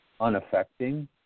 unaffecting